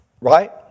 Right